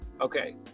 okay